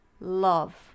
love